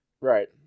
Right